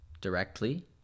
directly